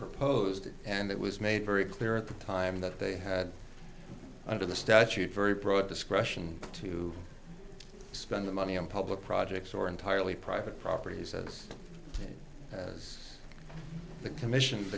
proposed and it was made very clear at the time that they had under the statute very broad discretion to spend the money on public projects or entirely private properties as was the commission